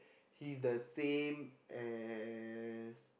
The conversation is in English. he's the same as